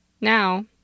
Now